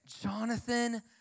Jonathan